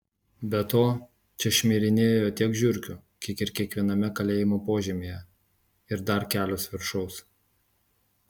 be to čia šmirinėjo tiek žiurkių kiek ir kiekviename kalėjimo požemyje ir dar kelios viršaus